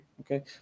okay